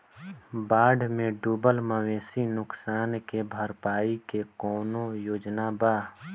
बाढ़ में डुबल मवेशी नुकसान के भरपाई के कौनो योजना वा?